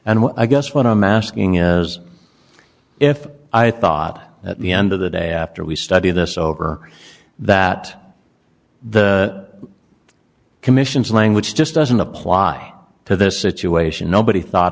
what i guess what i'm asking is if i thought at the end of the day after we study this over that the commission's language just doesn't apply to this situation nobody thought